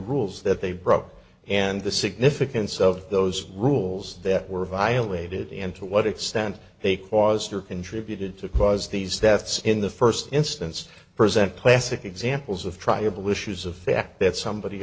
rules that they broke and the significance of those rules that were violated and to what extent they caused or contributed to cause these deaths in the first instance present classic examples of t